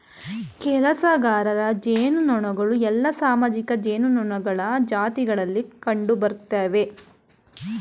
ಕೆಲಸಗಾರ ಜೇನುನೊಣಗಳು ಎಲ್ಲಾ ಸಾಮಾಜಿಕ ಜೇನುನೊಣಗಳ ಜಾತಿಗಳಲ್ಲಿ ಕಂಡುಬರ್ತ್ತವೆ